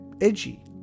edgy